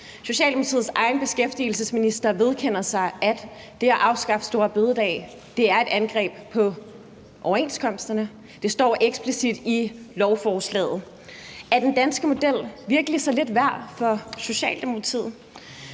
Socialdemokratiets egen beskæftigelsesminister vedkender sig, at det at afskaffe store bededag er et angreb på overenskomsterne. Det står eksplicit i lovforslaget. Er den danske model virkelig så lidt værd for Socialdemokratiet?